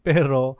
Pero